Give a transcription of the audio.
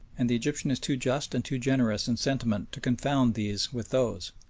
and the egyptian is too just and too generous in sentiment to confound these with those,